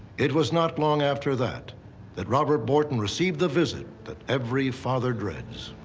it was not long after that that robert borton received the visit that every father dreads.